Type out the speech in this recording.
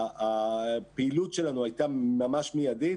הפעילות שלנו הייתה ממש מיידית